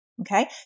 Okay